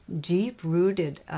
deep-rooted